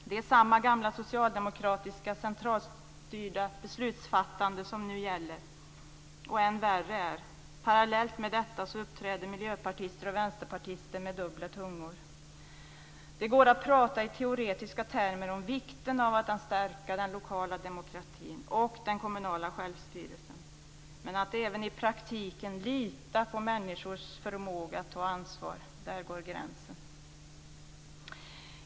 Det är samma gamla socialdemokratiska centralstyrda beslutsfattande som nu gäller. Och än värre är att parallellt med detta uppträder miljöpartister och vänsterpartister med dubbla tungor. Det går att prata i teoretiska termer om vikten av att stärka den lokala demokratin och den kommunala självstyrelsen, men att även i praktiken lita på människors förmåga att ta ansvar, där går gränsen.